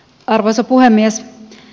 arvoisa puhemies